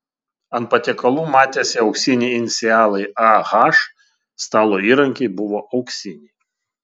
ant patiekalų matėsi auksiniai inicialai ah stalo įrankiai buvo auksiniai